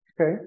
Okay